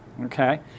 okay